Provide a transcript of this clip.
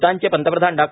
भ्टानचे पंतप्रधान डॉ